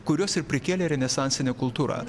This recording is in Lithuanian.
kuriuos ir prikėlė renesansinė kultūra